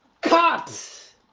Cut